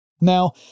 Now